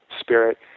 spirit